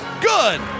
Good